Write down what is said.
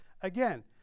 Again